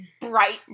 Bright